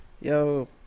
yo